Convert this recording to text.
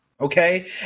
okay